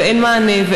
ואין מענה,